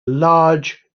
large